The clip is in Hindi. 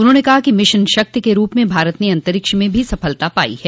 उन्होंने कहा कि मिशन शक्ति के रूप में भारत ने अंतरिक्ष में सफलता पाई है